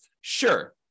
Sure